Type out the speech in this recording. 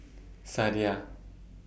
Sadia